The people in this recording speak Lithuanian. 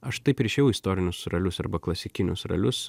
aš taip ir išėjau į istorinius ralius arba klasikinius ralius